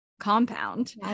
compound